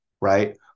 right